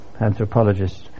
anthropologists